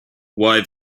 why